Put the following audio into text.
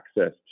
access